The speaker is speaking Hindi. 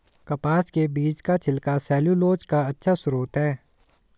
कपास के बीज का छिलका सैलूलोज का अच्छा स्रोत है